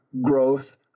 growth